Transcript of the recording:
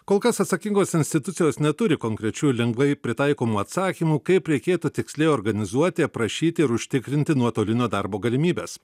kol kas atsakingos institucijos neturi konkrečių ir lengvai pritaikomų atsakymų kaip reikėtų tiksliai organizuoti aprašyti ir užtikrinti nuotolinio darbo galimybes